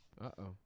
Uh-oh